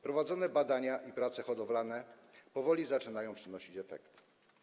Prowadzone badania i prace hodowlane powoli zaczynają przynosić efekty.